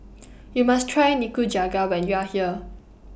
YOU must Try Nikujaga when YOU Are here